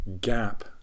gap